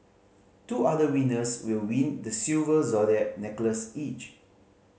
two other winners will win the silver zodiac necklace each